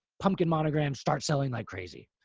pumpkin monogram start selling like crazy.